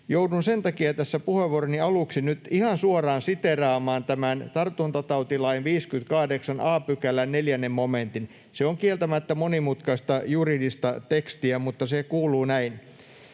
Joudun sen takia tässä puheenvuoroni aluksi nyt ihan suoraan siteeraamaan tämän tartuntatautilain 58 a §:n 4 momentin. Se on kieltämättä monimutkaista juridista tekstiä, mutta se kuuluu näin: